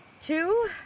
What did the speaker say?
two